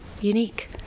unique